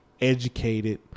educated